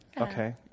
Okay